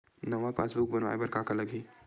नवा पासबुक बनवाय बर का का लगही?